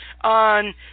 on